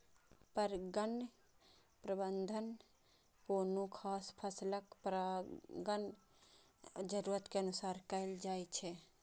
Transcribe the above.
परगण प्रबंधन कोनो खास फसलक परागण जरूरत के अनुसार कैल जाइ छै